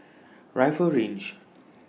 Rifle Range